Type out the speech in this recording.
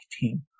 team